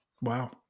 Wow